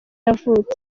yavutse